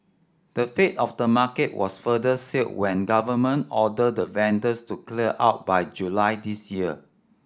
the fate of the market was further sealed when government ordered the vendors to clear out by July this year